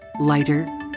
Lighter